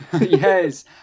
yes